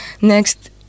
next